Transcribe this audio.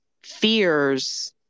fears